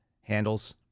handles